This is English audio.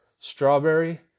strawberry